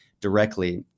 directly